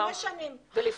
חמש שנים.